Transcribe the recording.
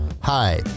Hi